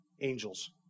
Angels